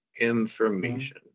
Information